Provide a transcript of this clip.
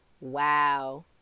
Wow